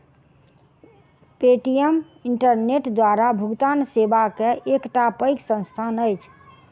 Paytm internet द्वारा भुगतान सेवा के एकटा पैघ संस्थान अछि